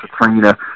katrina